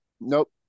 Nope